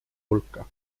hulka